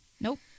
Nope